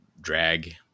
drag